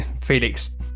Felix